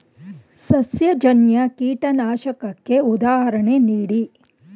ಸಸ್ಯಜನ್ಯ ಕೀಟನಾಶಕಕ್ಕೆ ಉದಾಹರಣೆ ನೀಡಿ?